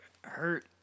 hurt